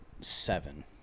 Seven